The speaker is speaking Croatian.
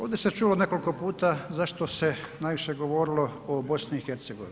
Ovdje sam čuo nekoliko puta zašto se najviše govorilo o BiH.